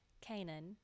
Canaan